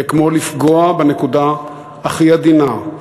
זה כמו לפגוע בנקודה הכי עדינה,